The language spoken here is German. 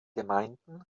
gemeinden